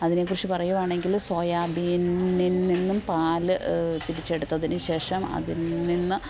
അതിനെക്കുറിച്ച് പറയുകയാണെങ്കിൽ സോയാബീനിൽ നിന്നും പാൽ പിരിച്ചെടുത്തതിന് ശേഷം അതിൽ നിന്ന്